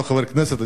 לא חבר כנסת,